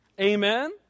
Amen